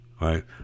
right